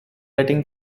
letting